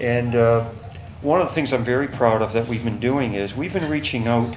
and one of the things i'm very proud of that we've been doing is, we've been reaching out